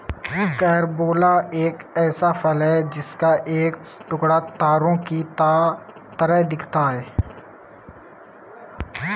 carambola एक ऐसा फल है जिसका एक टुकड़ा तारों की तरह दिखता है